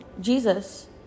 Jesus